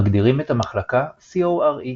מגדירים את המחלקה coRE,